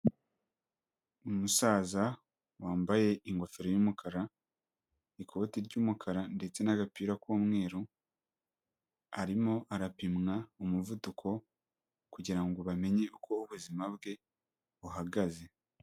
Umusaza wambaye ingofero y'umukara, ikoti ry'umukara ndetse n'agapira k'umweru, arimo arapimwa umuvuduko kugira ngo bamenye uko ubuzima bwe buhagaze.